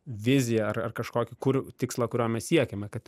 viziją ar ar kažkokį kur tikslą kurio mes siekiame kad